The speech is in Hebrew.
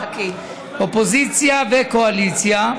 אופוזיציה וקואליציה,